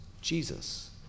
Jesus